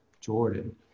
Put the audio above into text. Jordan